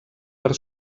per